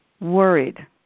worried